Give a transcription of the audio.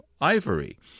ivory